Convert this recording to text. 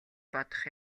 бодох